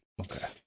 Okay